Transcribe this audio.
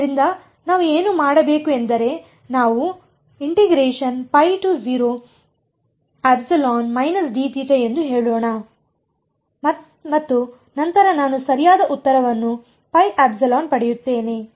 ಆದ್ದರಿಂದ ನಾವು ಏನು ಮಾಡಬೇಕು ಎಂದರೆ ನಾವು ಎಂದು ಹೇಳೋಣ ಮತ್ತು ನಂತರ ನಾನು ಸರಿಯಾದ ಉತ್ತರವನ್ನು πε ಪಡೆಯುತ್ತೇನೆ